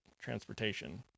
transportation